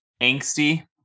Angsty